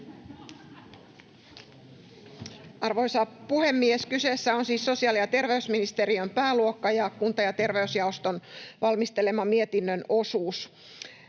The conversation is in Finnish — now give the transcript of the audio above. Arvoisa puhemies! Kyseessä on siis sosiaali- ja terveysministeriön pääluokka ja kunta- ja terveysjaoston valmistelema mietinnön osuus.